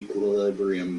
equilibrium